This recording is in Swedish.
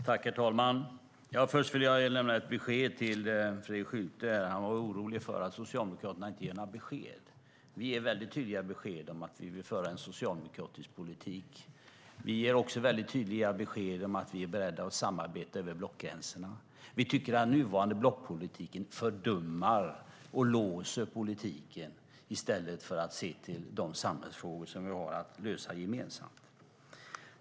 Herr talman! Först vill jag lämna ett besked till Fredrik Schulte. Han var orolig för att Socialdemokraterna inte ger några besked. Vi ger väldigt tydliga besked om att vi vill föra en socialdemokratisk politik. Vi ger också tydliga besked om att vi är beredda att samarbeta över blockgränserna. Vi tycker att den nuvarande blockpolitiken fördummar och låser politiken i stället för att se till de samhällsfrågor som vi har att lösa gemensamt.